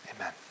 amen